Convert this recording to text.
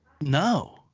No